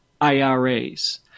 IRAs